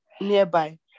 nearby